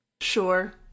Sure